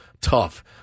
tough